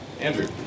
Andrew